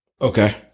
Okay